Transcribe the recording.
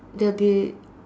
there'll be